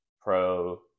pro